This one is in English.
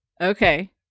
Okay